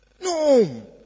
No